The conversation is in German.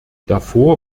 davor